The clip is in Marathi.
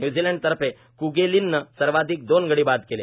न्यूझीलंड तर्फे क्गलायन नं सर्वाधिक दोन गडी बाद केले